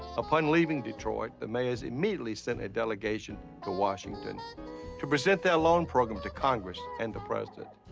upon leaving detroit, the mayors immediately sent a delegation to washington to present their loan program to congress and the president,